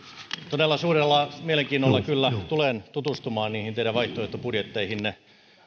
todella suurella mielenkiinnolla kyllä tulen tutustumaan niihin teidän vaihtoehtobudjetteihinne